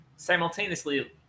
simultaneously